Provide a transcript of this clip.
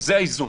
זה האיזון.